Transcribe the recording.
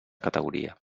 categoria